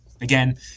again